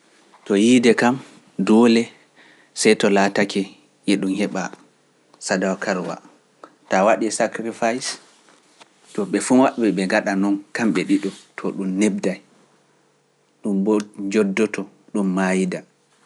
To yiide kam doole see to laatake yiɗu heeɓa Sadaw Karwa tawa ɗi e sacrifice to ɓe fuun waɗɓe ɓe gaɗa noon kamɓe ɗiɗo to ɗum neɓday ɗum mbo joddoto ɗum maayida.